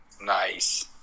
Nice